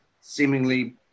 seemingly